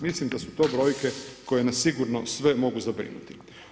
Mislim da su to brojke koje nas sigurno sve mogu zabrinuti.